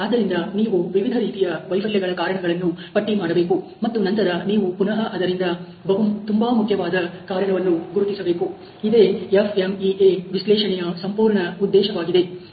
ಆದ್ದರಿಂದ ನೀವು ವಿವಿಧ ರೀತಿಯ ವೈಫಲ್ಯಗಳ ಕಾರಣಗಳನ್ನು ಪಟ್ಟಿ ಮಾಡಬೇಕು ಮತ್ತು ನಂತರ ನೀವು ಪುನಹ ಅದರಿಂದ ತುಂಬಾ ಮುಖ್ಯವಾದ ಕಾರಣವನ್ನು ಗುರುತಿಸಬೇಕು ಇದೇ FMEA ವಿಶ್ಲೇಷಣೆಯ ಸಂಪೂರ್ಣ ಉದ್ದೇಶವಾಗಿದೆ